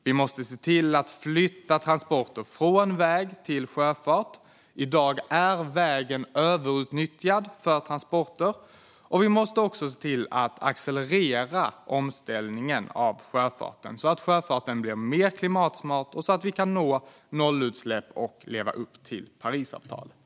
Vi måste se till att flytta transporter från väg till sjöfart - i dag överutnyttjas vägarna för transporter - och vi måste se till att accelerera omställningen av sjöfarten så att sjöfarten blir mer klimatsmart och så att vi kan nå nollutsläpp och leva upp till Parisavtalet.